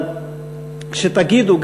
אבל כשתגידו,